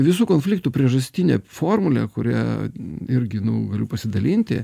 visų konfliktų priežastinė formulė kurią irgi nu galiu pasidalinti